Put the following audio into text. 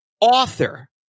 author